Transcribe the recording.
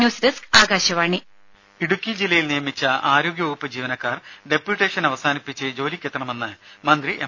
news desk Akashvani രും ഇടുക്കി ജില്ലയിൽ നിയമിച്ച ആരോഗ്യ വകുപ്പ് ജീവനക്കാർ ഡെപ്യൂട്ടേഷൻ അവസാനിപ്പിച്ച് ജോലിക്കെത്തണമെന്ന് മന്ത്രി എം